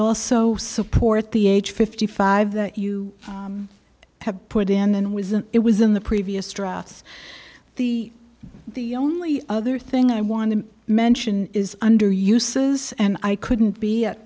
also support the age fifty five that you have put in and with it was in the previous drafts the the only other thing i want to mention is under uses and i couldn't be at